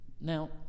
Now